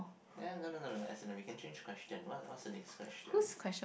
eh no no no no as in we can change the question what's what's the next question